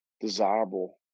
desirable